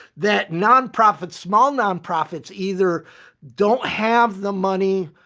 that nonprofits, small nonprofits either don't have the money